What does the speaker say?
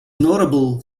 notable